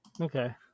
Okay